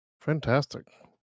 Fantastic